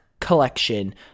collection